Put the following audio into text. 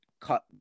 cut